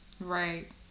Right